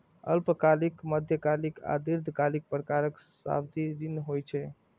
अल्पकालिक, मध्यकालिक आ दीर्घकालिक प्रकारक सावधि ऋण होइ छै